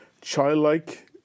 childlike